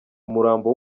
umurambo